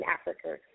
Africa